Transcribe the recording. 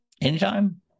Anytime